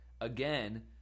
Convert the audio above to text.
again